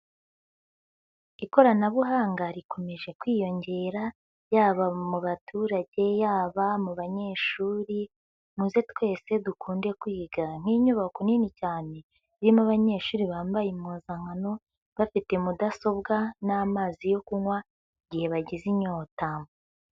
Ikoranabuhanga rikomeje kwiyongera, yaba mu baturage, yaba mu banyeshuri, muze twese dukunde kwiga, nk'inyubako nini cyane irimo abanyeshuri bambaye impuzankano, bafite mudasobwa n'amazi yo kunywa igihe bagize inyota.